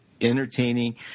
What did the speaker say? entertaining